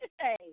Hey